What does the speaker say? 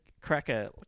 cracker